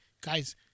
guys